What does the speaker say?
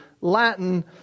Latin